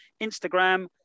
Instagram